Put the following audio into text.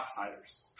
outsiders